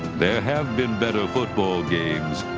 there have been better football games.